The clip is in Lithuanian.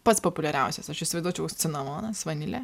pats populiariausias aš įsivaizduočiau koks cinamonas vanilė